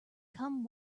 come